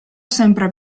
sempre